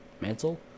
mantle